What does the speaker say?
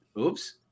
Oops